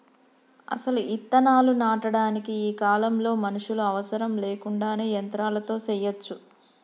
అసలు ఇత్తనాలు నాటటానికి ఈ కాలంలో మనుషులు అవసరం లేకుండానే యంత్రాలతో సెయ్యచ్చు